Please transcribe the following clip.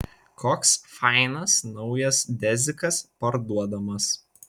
koks fainas naujas dezikas parduodamas